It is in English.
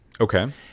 Okay